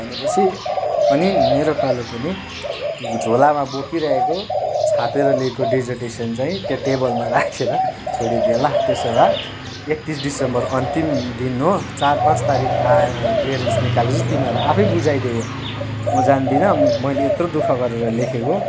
भनेपछि अनि मेरो पालो पनि झोलामा बोकिराखेको छापेर ल्याएको डेजर्टेसन चाहिँ त्यहाँ टेबलमा राखेर छोडिदिएँ ला त्यसो भए एकतिस डिसेम्बर अन्तिम दिन हो चार पाँच तारिक आए क्लियरेन्स निकालेर तिमीहरू आफै बुझाइदे यो म जान्दिनँ मैले यत्रो दुःख गरेर लेखेको